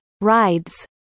rides